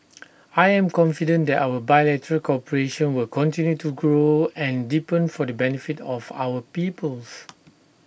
I am confident that our bilateral cooperation will continue to grow and deepen for the benefit of our peoples